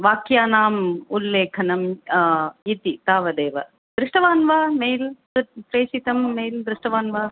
वाक्यानाम् उल्लेखनं इति तावदेव दृष्टवान् वा मेल् तत् प्रेषितं मेल् दृष्टवान् वा